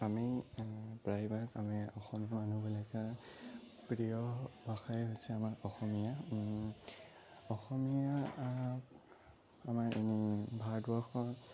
আমি প্ৰায়ভাগ আমি অসমৰ মানুহবিলাকৰ প্ৰিয় ভাষাই হৈছে আমাৰ অসমীয়া অসমীয়া আমাৰ ভাৰতবৰ্ষৰ